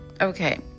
Okay